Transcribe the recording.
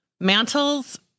Mantles